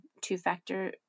two-factor